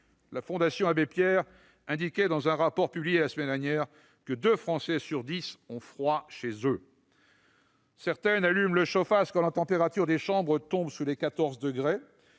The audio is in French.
La Fondation Abbé Pierre indiquait, dans un rapport publié la semaine dernière, que deux Français sur dix ont froid chez eux. Certains allument le chauffage quand la température des chambres tombe sous les 14 degrés.